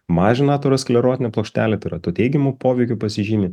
mažina aterosklerotinių plokštelių tai yra tuo teigiamu poveikiu pasižymi